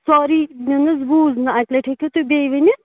ساری مےٚ نہٕ حظ بوٗز نہٕ اَکہِ لَٹہِ ہیٚکِو تُہۍ بیٚیہِ ؤنِتھ